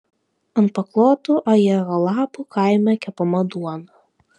ant paklotų ajero lapų kaime kepama duona